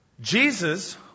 Jesus